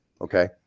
Okay